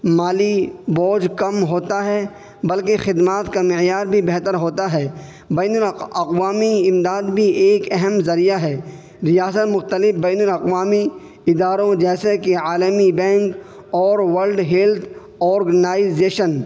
مالی بوجھ کم ہوتا ہے بلکہ خدمات کا معیار بھی بہتر ہوتا ہے بین الاقوامی امداد بھی ایک اہم ذریعہ ہے ریاست مختلف بین الاقوامی اداروں جیسے کہ عالمی بینک اور ولڈ ہیلتھ آرگنائیزیشن